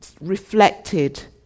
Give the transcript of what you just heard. reflected